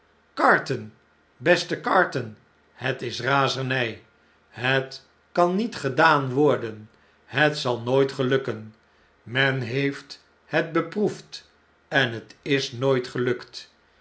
carton beste carton het is razennj het kan niet gedaan worden het zal nooit gelukken men heeft het beproefd en het is nooit gelukt